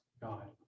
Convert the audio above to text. God